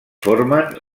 formen